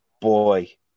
boy